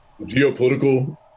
geopolitical